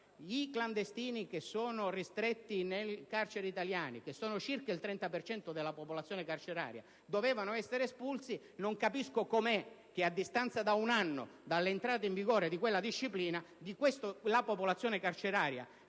i clandestini che sono ristretti nelle carceri italiane (che sono circa il 30 per cento della popolazione carceraria) dovevano essere espulsi, non capisco come mai, a distanza di un anno dall'entrata in vigore di quella disciplina, il dato percentuale